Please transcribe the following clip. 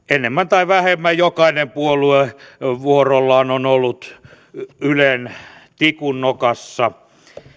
tai vähemmän jokainen puolue vuorollaan on ollut ylen tikun nokassa